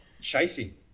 chasing